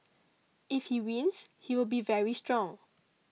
if he wins he will be very strong